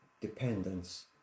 dependence